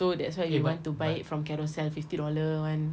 so that's why you want to buy it from Carousell fifty dollar one